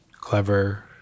clever